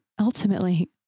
ultimately